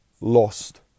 lost